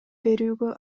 берүүгө